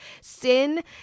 sin